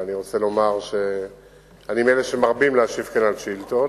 אבל אני רוצה לומר שאני מאלה שמרבים להשיב כאן על שאילתות,